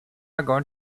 going